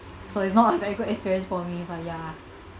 so it's not a very good experience for me but ya